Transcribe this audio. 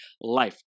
life